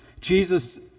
Jesus